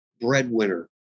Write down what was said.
breadwinner